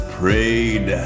prayed